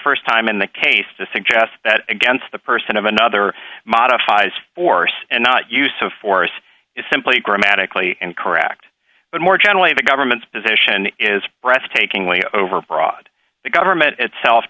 st time in the case to suggest that against the person of another modifies force and not use of force is simply grammatically incorrect but more generally the government's position is breathtakingly overbroad the government itself